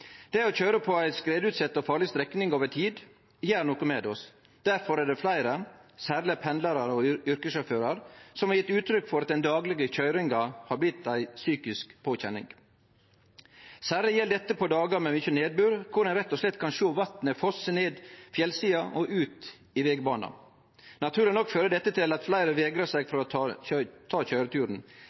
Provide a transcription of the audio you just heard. Det å køyre på ei skredutsett og farleg strekning over tid gjer noko med oss. Difor er det fleire – særleg pendlarar og yrkessjåførar – som har gjeve uttrykk for at den daglege køyringa har blitt ei psykisk påkjenning. Særleg gjeld dette på dagar med mykje nedbør, då ein rett og slett kan sjå vatnet fosse ned fjellsida og ut i vegbana. Naturleg nok fører dette til at fleire vegrar seg for å ta